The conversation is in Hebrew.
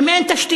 אם אין תשתית?